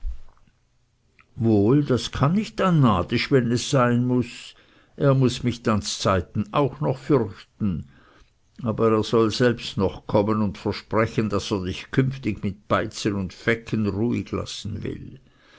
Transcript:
wohl das kann ich dann nadisch wenn es sein muß er muß mich dann z'zeiten auch noch fürchten aber er soll selbst noch kommen und versprechen daß er dich künftig mit beizen und fecken ruhig lassen will